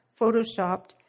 photoshopped